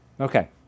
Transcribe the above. Okay